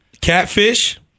catfish